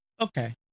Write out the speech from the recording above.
Okay